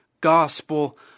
gospel